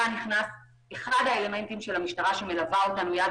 כאן נכנס אחד האלמנטים של המשטרה שמלווה אותם יד